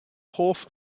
hoff